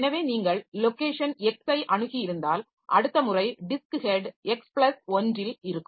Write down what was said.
எனவே நீங்கள் location X ஐ அணுகியிருந்தால் அடுத்த முறை டிஸ்க் ஹெட் X பிளஸ் ஒன்றில் இருக்கும்